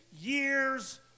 Years